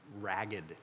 ragged